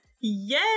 Yay